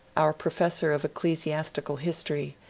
our professor of ecclesiastical history,